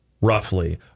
roughly